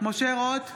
משה רוט,